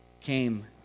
came